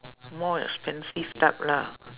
more expensive type lah